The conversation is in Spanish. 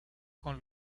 con